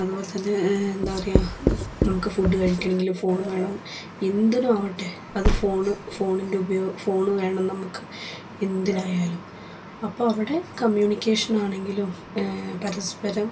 അതുപോലെതന്നെ എന്താ പറയുക നമുക്ക് ഫുഡ് കഴിക്കണമെങ്കിൽ ഫോണ് വേണം എന്തിനു ആവട്ടെ അത് ഫോണ് ഫോണിൻ്റെ ഉപയോഗം ഫോണ് വേണം നമുക്ക് എന്തിനായാലും അപ്പം അവിടെ കമ്മ്യൂണിക്കേഷനാണെങ്കിലും പരസ്പരം